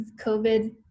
COVID